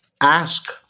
ask